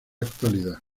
actualidad